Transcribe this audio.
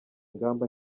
ingamba